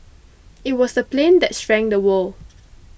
it was the plane that shrank the world